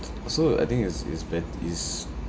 so I think is is bet~ is